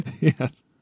Yes